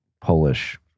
Polish